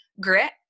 grit